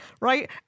right